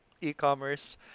e-commerce